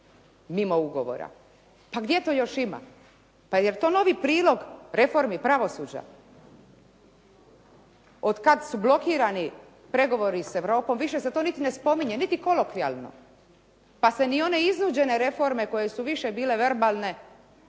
mimo ugovora. Pa gdje to još ima? Pa jer to novi prilog reformi pravosuđa? Od kad su blokirani pregovori s Europom, više se to niti ne spominje, niti kolokvijalno. Pa se ni one iznuđene reforme koje su više bile verbalne